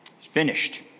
finished